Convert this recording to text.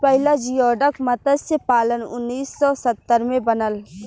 पहिला जियोडक मतस्य पालन उन्नीस सौ सत्तर में बनल